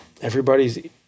Everybody's